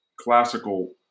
classical